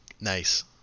Nice